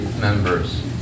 members